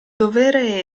dovere